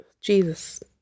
Jesus